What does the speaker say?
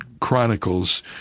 chronicles